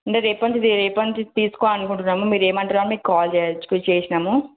అంటే రేపటి నుంచి రేపటి నుంచి తీసుకోవాలి అనుకుంటున్నాము మీరు ఏమంటారో అని మీకు కాల్ చేయి చేసినాము